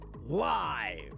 Live